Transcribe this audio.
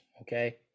okay